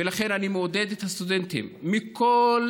ולכן, אני מעודד את הסטודנטים מכל